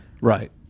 right